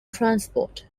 transport